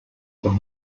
von